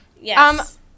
Yes